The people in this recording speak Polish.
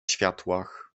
światłach